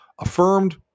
affirmed